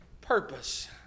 purpose